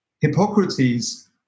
Hippocrates